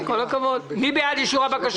מי בעד אישור הבקשה?